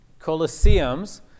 Colosseums